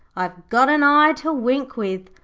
i've got an eye to wink with.